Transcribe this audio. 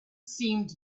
seemed